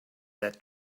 that